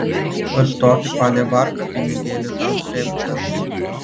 už tokį palivarką pinigėlių tau drėbtels